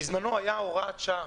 בזמנו הייתה הוראה שעה,